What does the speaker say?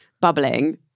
bubbling